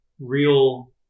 real